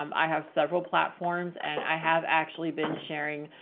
um i have several platforms and i have actually been sharing,